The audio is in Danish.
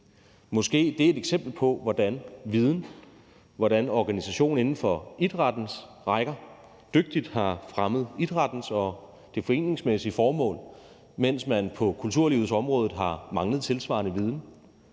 Måske er det et eksempel på, hvordan viden og organisation inden for idrættens rækker dygtigt har fremmet idrættens og det foreningsmæssige formål, mens man på kulturlivets område har manglet tilsvarende viden